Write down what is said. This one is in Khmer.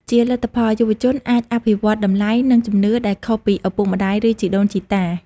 ជាលទ្ធផល យុវជនអាចអភិវឌ្ឍតម្លៃ និងជំនឿដែលខុសពីឪពុកម្តាយ ឬជីដូនជីតា។